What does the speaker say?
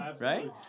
right